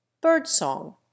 Birdsong